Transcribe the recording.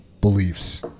beliefs